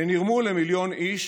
בנרמול למיליון איש: